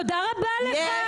תודה רבה לך.